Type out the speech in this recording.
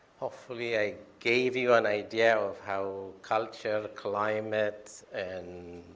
hopefully, i gave you an idea of how culture, climate and